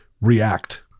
react